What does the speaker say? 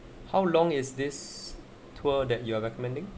how long is this tour that you are recommending